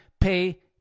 pay